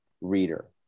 reader